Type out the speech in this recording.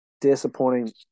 disappointing